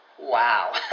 wow